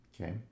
Okay